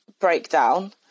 breakdown